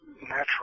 natural